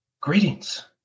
greetings